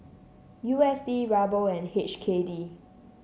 U S D Ruble and H K D